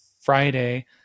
Friday